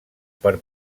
per